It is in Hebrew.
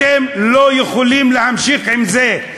אתם לא יכולים להמשיך עם זה,